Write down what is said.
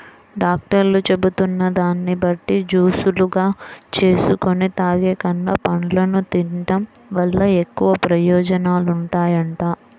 డాక్టర్లు చెబుతున్న దాన్ని బట్టి జూసులుగా జేసుకొని తాగేకన్నా, పండ్లను తిన్డం వల్ల ఎక్కువ ప్రయోజనాలుంటాయంట